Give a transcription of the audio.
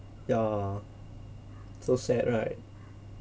ya so sad right